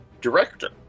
director